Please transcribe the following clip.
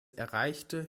erreichte